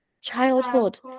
childhood